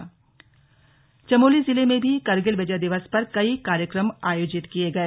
slug Kargil Vijay Diwas Chamoli Chamoli जिले में भी करगिल विजय दिवस पर कई कार्यक्रम आयोजित किये गए